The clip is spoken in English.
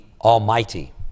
Almighty